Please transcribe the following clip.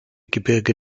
gebirge